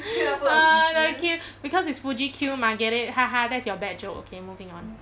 the queue because it's fuji queue mah get it that's your bad joke okay moving on